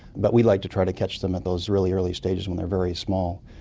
but we like to try to catch them at those really early stages when they're very small.